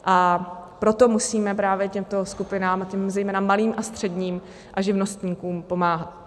A proto musíme právě těmto skupinám, zejména malým a středním a živnostníkům pomáhat.